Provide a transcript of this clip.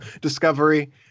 discovery